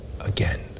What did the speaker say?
again